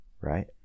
Right